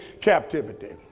captivity